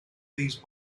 these